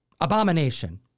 Abomination